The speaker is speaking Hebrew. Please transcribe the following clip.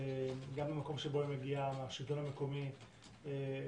גם מהשלטון המקומי ממנו היא מגיעה,